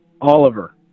Oliver